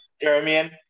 Jeremy